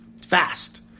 fast